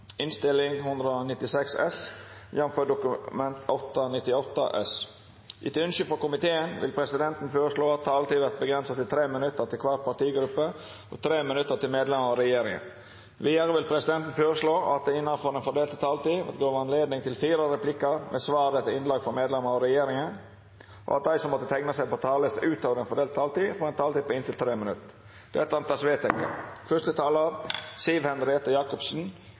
innstilling til oss. Jeg avventer den innstillingen før jeg vil gi svar på videre saksprosess. Replikkordskiftet er omme. Flere har ikke bedt om ordet til sak nr. 2. Etter ønske fra energi- og miljøkomiteen vil presidenten foreslå at taletiden blir begrenset til 3 minutter til hver partigruppe og 5 minutter til medlemmer av regjeringen. Videre vil presidenten foreslå at det – innenfor den fordelte taletid – blir gitt anledning til replikkordskifte på inntil seks replikker med svar etter innlegg fra medlemmer av regjeringen, og at de som måtte tegne seg på talerlisten utover